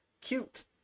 cute